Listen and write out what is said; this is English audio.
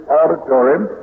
auditorium